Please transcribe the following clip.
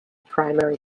primary